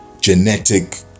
genetic